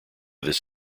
this